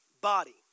body